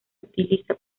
utiliza